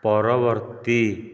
ପରବର୍ତ୍ତୀ